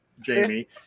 Jamie